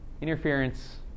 interference